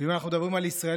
ואם אנחנו מדברים על ישראלים,